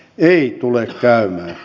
ei tule käymään